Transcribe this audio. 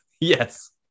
Yes